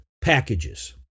packages